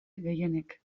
gehienek